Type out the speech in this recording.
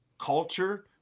culture